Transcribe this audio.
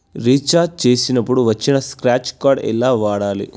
Recharge చేసినప్పుడు వచ్చిన scratch card ఎలా వాడాలి?